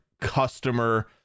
customer